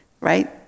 right